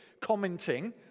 commenting